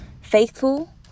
faithful